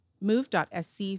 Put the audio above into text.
move.sc